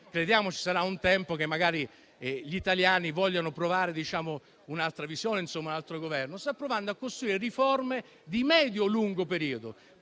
crediamo ci sarà un tempo che magari gli italiani vogliono provare un'altra visione e un altro Governo - a costruire riforme di medio lungo periodo.